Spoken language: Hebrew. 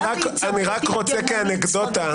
אני רוצה כאנקדוטה.